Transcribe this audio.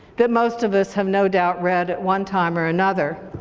that most of us have no doubt read at one time or another,